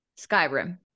Skyrim